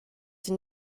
sie